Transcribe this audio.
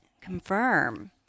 confirm